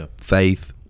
faith